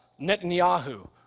Netanyahu